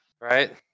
Right